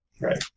Right